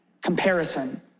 comparison